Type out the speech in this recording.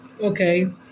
Okay